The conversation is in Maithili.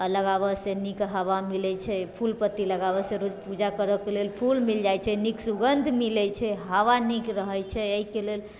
आओर लगाबऽसँ नीक हवा मिलै छै फूल पत्ती लगाबऽसँ रोज पूजा करैके लेल फूल मिल जाइ छै नीक सुगन्ध मिलै छै हवा नीक रहै छै अयके लेल